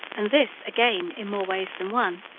and this, again, in more ways than one.